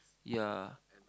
ya